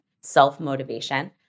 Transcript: self-motivation